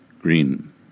Green